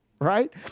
right